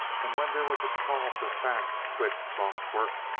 and when there was a call for fast, quick, soft work,